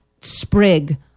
Sprig